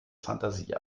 fantasie